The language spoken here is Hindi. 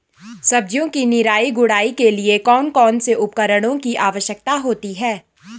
सब्जियों की निराई गुड़ाई के लिए कौन कौन से उपकरणों की आवश्यकता होती है?